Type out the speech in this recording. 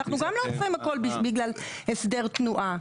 אנחנו גם לא עוצרים הכל בגלל הסדר תנועה.